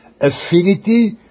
Affinity